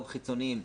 גם חיצוניים,